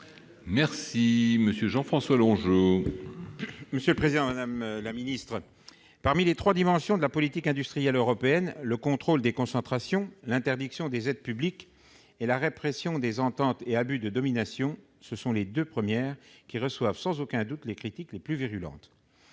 est à M. Jean-François Longeot. Madame la secrétaire d'État, parmi les trois dimensions de la politique industrielle européenne, le contrôle des concentrations, l'interdiction des aides publiques, et la répression des ententes et abus de domination, ce sont les deux premières qui recueillent sans aucun doute les critiques les plus virulentes.